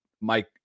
Mike